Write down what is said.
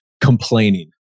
complaining